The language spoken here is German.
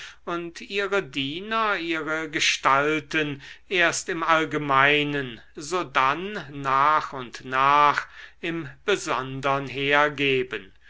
und ihre diener ihre gestalten erst im allgemeinen sodann nach und nach im besondern hergeben